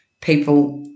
people